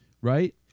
right